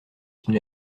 une